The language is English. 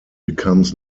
becomes